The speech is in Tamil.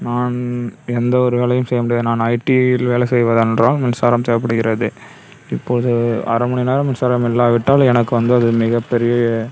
நான் எந்த ஒரு வேலையும் செய்ய முடியாது நான் ஐடியில் வேலை செய்வது என்றால் மின்சாரம் தேவைப்படுகிறது இப்போது அரைமணி நேரம் மின்சாரம் இல்லாவிட்டால் எனக்கு வந்து அது மிகப்பெரிய